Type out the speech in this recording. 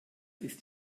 ist